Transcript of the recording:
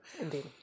Indeed